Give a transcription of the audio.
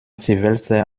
silvester